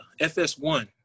FS1